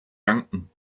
danken